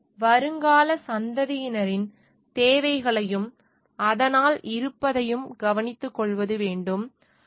மேலும் வருங்கால சந்ததியினரின் தேவைகளையும் அதனால் இருப்பையும் கவனித்துக்கொள்வது வேண்டும்